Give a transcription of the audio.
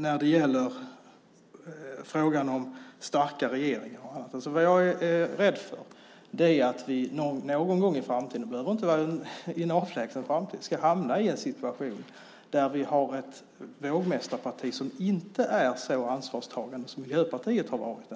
När det gäller frågan om starka regeringar: Vad jag är rädd för är att vi någon gång i framtiden - det behöver inte vara i en avlägsen framtid - hamnar i en situation där vi har ett vågmästarparti som inte är så ansvarstagande som Miljöpartiet har varit,